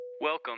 Welcome